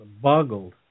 boggled